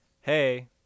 Hey